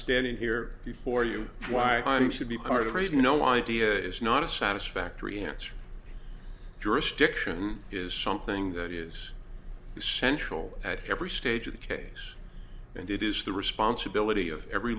standing here before you why i should be part of a you know idea is not a satisfactory answer jurisdiction is something that is essential at every stage of the case and it is the responsibility of every